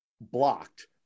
blocked